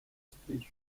sufrir